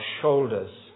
shoulders